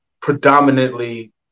predominantly